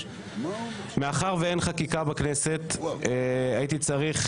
מאחר שאין חקיקה בכנסת, הייתי צריך